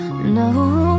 No